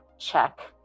check